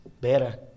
better